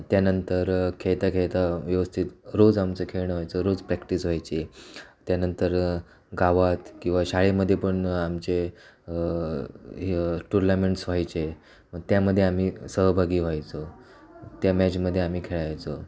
त्यानंतर खेळता खेळता व्यवस्थित रोज आमचं खेळणं व्हायचं रोज प्रॅक्टीस व्हायची त्यानंतर गावात किवा शाळेमध्ये पण आमचे हे टुर्लामेंटस् व्हायचे मग त्यामध्ये आम्ही सहभागी व्हायचो त्या मॅचमध्ये आम्ही खेळायचो